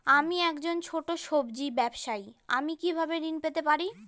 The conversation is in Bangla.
আমি একজন ছোট সব্জি ব্যবসায়ী আমি কিভাবে ঋণ পেতে পারি?